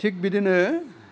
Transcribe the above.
थिग बिदिनो